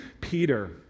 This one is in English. Peter